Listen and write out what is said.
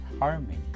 harmony